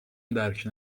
درک